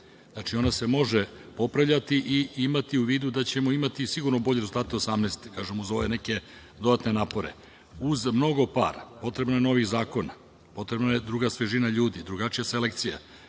Znači, ona se može popravljati i imati u vidu da ćemo imati sigurno bolje rezultata 2018. godine, kažem za ove neke dodatne napore. Uz mnogo para, potrebno je novih zakona, potreban je druga svežina ljudi, drugačija selekcija.